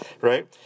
right